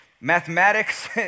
mathematics